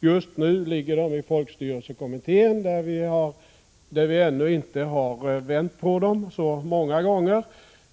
Just nu ligger de hos folkstyrelsekommittén, där vi ännu inte har vänt på dem så många gånger.